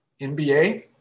NBA